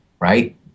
Right